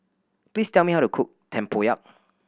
please tell me how to cook tempoyak